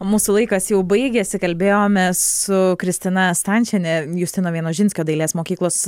mūsų laikas jau baigėsi kalbėjomės su kristina stančiene justino vienožinskio dailės mokyklos